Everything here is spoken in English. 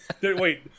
Wait